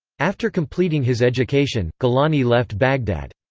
after completing his education, gilani left baghdad.